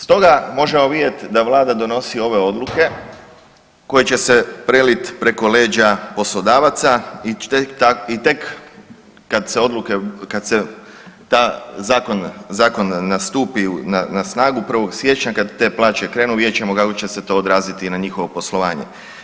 Stoga možemo vidjeti da Vlada donosi ove odluke koje će se preliti preko leđa poslodavaca i tek kad se odluke, kad se ta zakon, zakon nastupi na snagu 1. siječnja, kad te plaće krenu, vidjet ćemo kako će se to odraziti i na njihovo poslovanje.